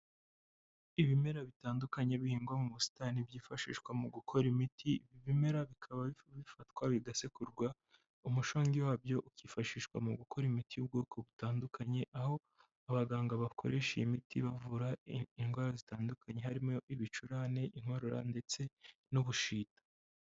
Ibimera bitandukanye bihingwa mu busitani byifashishwa mu gukora imiti, ibi bimera bikaba bikaba bifatwa bigasekurwa umushongi wabyo ukifashishwa mu gukora imiti y'ubwoko butandukanye, aho abaganga bakoresha iyi miti bavura indwara zitandukanye harimo: ibicurane, inkorora, ndetse n'ubushita.